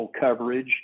coverage